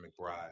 McBride